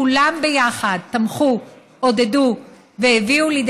כולם ביחד תמכו, עודדו והביאו גם את